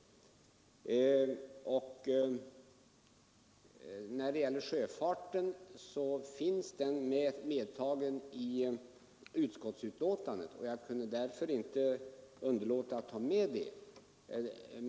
Vad gäller sjöfarten finns den medtagen i utskottsbetänkandet, och jag kunde därför inte underlåta att ta upp den.